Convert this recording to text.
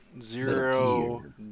Zero